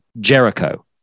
Jericho